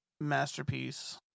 masterpiece